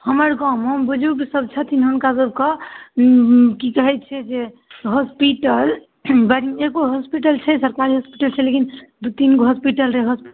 हमर गाममे बुजुर्गसभ छथिन हुनका सभकेँ की कहै छै जे हॉस्पिटल एगो हॉस्पिटल छै सरकारी हॉस्पिटल लेकिन दू तीनगो हॉस्पिटल रहयके